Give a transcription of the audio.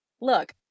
Look